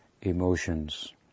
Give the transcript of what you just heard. emotions